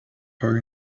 her